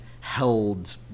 held